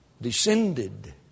Descended